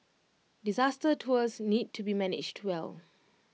disaster tours need to be managed well